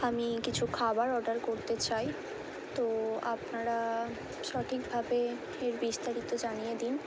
আমি কিছু খাবার অর্ডার করতে চাই তো আপনারা সঠিকভাবে এর বিস্তারিত জানিয়ে দিন